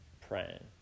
praying